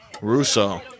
russo